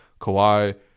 Kawhi